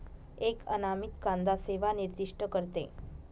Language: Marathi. एक अनामित कांदा सेवा निर्दिष्ट करते